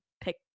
pick